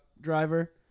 driver